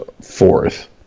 fourth